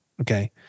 Okay